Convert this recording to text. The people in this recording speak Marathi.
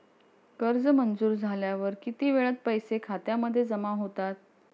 कर्ज मंजूर झाल्यावर किती वेळात पैसे खात्यामध्ये जमा होतात?